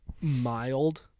mild